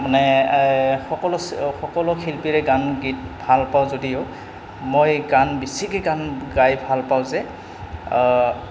মানে সকলো সকলো শিল্পীৰে গান গীত ভাল পাওঁ যদিও মই গান বেছিকে গান গাই ভাল পাওঁ যে